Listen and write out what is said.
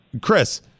Chris